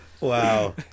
Wow